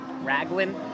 Raglan